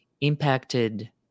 impacted